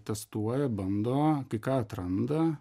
testuoja bando kai ką atranda